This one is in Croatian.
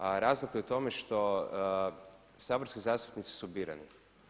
A razlika je u tome što saborski zastupnici su birani.